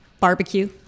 barbecue